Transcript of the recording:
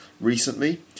recently